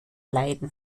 leiden